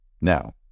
Now